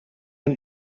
een